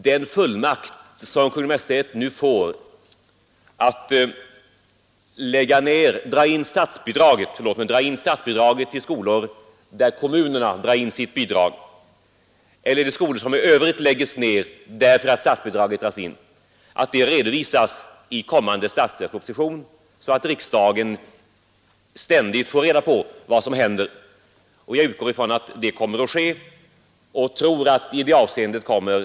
När Kungl. Maj:t nu får fullmakt att dra in statsbidrag till skolor, som kommunerna dragit in sina bidrag till, förutsätter jag att dessa fall redovisas i kommande statsverkspropositioner så att riksdagen ständigt får reda på vad som händer. Jag utgår ifrån att det görs också när skolor i övrigt läggs ned därför att statsbidraget tas bort.